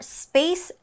space